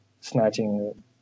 snatching